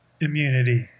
immunity